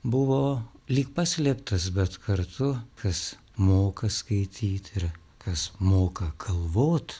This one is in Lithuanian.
buvo lyg paslėptas bet kartu kas moka skaityti ir kas moka galvoti